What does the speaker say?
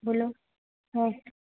બોલો